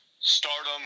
stardom